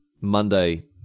Monday